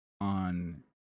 on